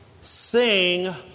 Sing